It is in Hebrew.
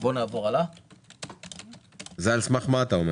על סמך מה אתה אומר